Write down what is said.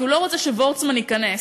כי הוא לא רוצה שוורצמן ייכנס.